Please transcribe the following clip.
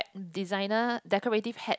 designer decorative hat